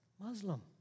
Muslim